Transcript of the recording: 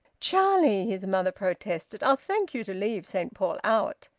charlie! his mother protested. i'll thank you to leave saint paul out.